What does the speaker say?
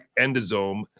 endosome